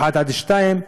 2-1,